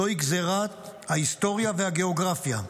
זוהי גזרת ההיסטוריה והגיאוגרפיה.